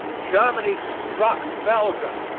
germany struck belgium.